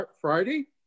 Friday